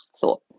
thought